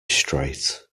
straight